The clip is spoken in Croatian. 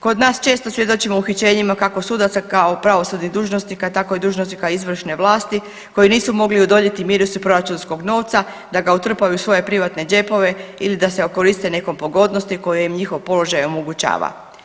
Kod nas često svjedočimo uhićenjima kako sudaca kao pravosudnih dužnosnika, tako i dužnosnika izvršne vlasti koji nisu mogli odoljeti mirisu proračunskog novca da ga utrpaju u svoje privatne džepove ili da se okoriste nekom pogodnosti koje im njihov položaj omogućava.